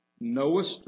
Knowest